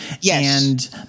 Yes